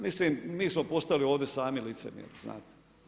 Mislim mi smo postali ovdje sami licemjeri, znate.